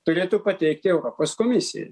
turėtų pateikti europos komisijai